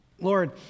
Lord